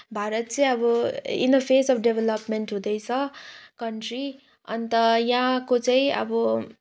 भारत चाहिँ अब in a phase of development हुँदैछ कन्ट्री अन्त यहाँको चाहिँ अब